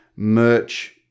merch